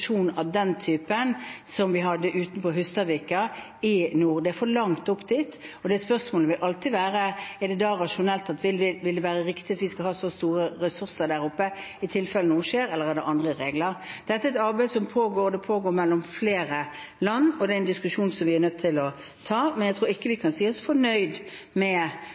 av den typen som vi hadde utenfor Hustadvika. Det er for langt opp dit, og spørsmålet vil alltid være om det er rasjonelt og vil være riktig at vi skal ha så store ressurser der oppe i tilfelle noe skjer, eller om det er andre regler. Dette er et arbeid som pågår. Det pågår mellom flere land, og det er en diskusjon som vi er nødt til å ta, men jeg tror ikke vi kan si oss fornøyd med